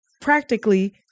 practically